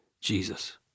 Jesus